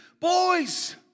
boys